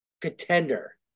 contender